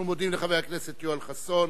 אנחנו מודים לחבר הכנסת יואל חסון.